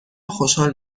خوشحال